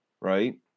Right